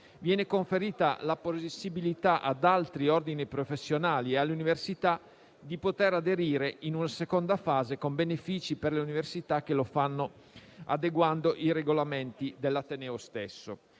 viene conferita la possibilità ad altri ordini professionali e alle università di poter aderire in una seconda fase, con benefici per l'università che lo fanno adeguando i regolamenti dell'ateneo stesso.